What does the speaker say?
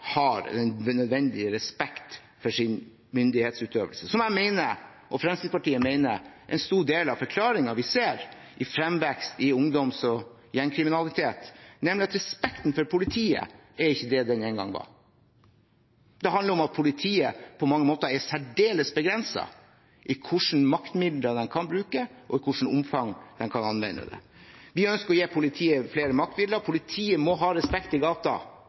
den nødvendige respekt for sin myndighetsutøvelse. Jeg og Fremskrittspartiet mener at en stor del av forklaringen på det vi ser av fremvekst i ungdoms- og gjengkriminalitet, er at respekten for politiet ikke er det den en gang var. Det handler om at politiet på mange måter er særdeles begrenset i hvilke maktmidler de kan bruke, og i hvilket omfang de kan anvende dem. Vi ønsker å gi politiet flere maktmidler. Politiet må ha respekt i